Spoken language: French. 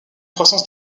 croissance